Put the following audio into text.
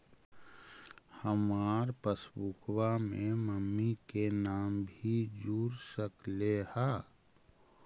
हमार पासबुकवा में मम्मी के भी नाम जुर सकलेहा?